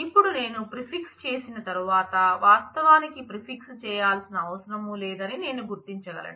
ఇప్పుడు నేను ప్రిఫిక్స్ చేసిన తరువాత వాస్తవానికి ప్రిఫిక్స్ చేయాల్సిన అవసరం లేదని నేను గుర్తించగలను